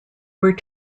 were